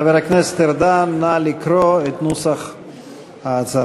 חבר הכנסת ארדן, נא לקרוא את נוסח ההצהרה.